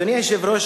אדוני היושב-ראש,